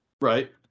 Right